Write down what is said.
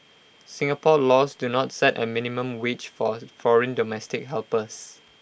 Singapore laws do not set A minimum wage for foreign domestic helpers